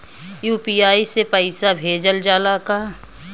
UPI से पईसा भेजल जाला का?